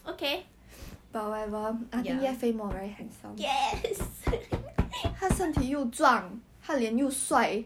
一定要给你很差的分数 I think 他对我有偏见 leh everytime right he will sabo me eh he always ask me question like dion